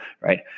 right